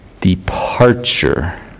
departure